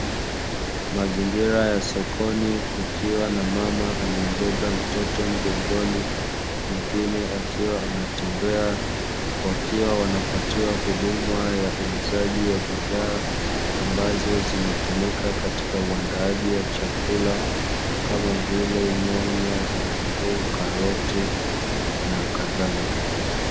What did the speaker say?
Mazingira ya sokoni kukiwa na mama aliyembeba mtoto mgongoni, mwingine akiwa anatembea, wakiwa wanapatiwa huduma ya uuzaji wa bidhaa, ambazo zinatumika katika uandaaji wa chakula, kama vile nyanya, vitunguu, karoti na kadhalika.